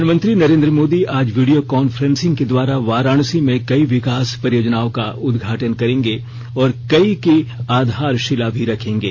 प्रधानमंत्री नरेंद्र मोदी आज video conferencing के द्वारा वाराणसी में कई विकास परियोजनाओं का उदघाटन करेंगे और कई की आधारशिला भी रखेंगे